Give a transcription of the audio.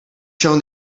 shown